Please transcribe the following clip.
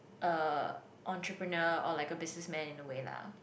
uh entrepreneur or like a businessman in a way lah